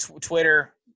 twitter